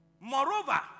Moreover